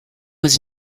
was